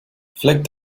flick